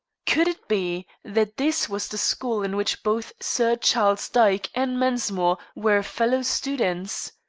could it be that this was the school in which both sir charles dyke and mensmore were fellow-students?